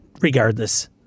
regardless-